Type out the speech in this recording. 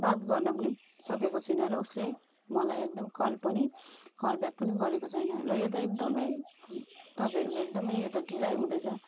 बात गर्न पनि सकेको छैन र उसले मलाई एकदम कल पनि कलब्याक पनि गरेको छैन र र यो त एकदमै तपाईँहरूको एकदमै यो त ढिलाइ हुँदैछ